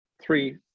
three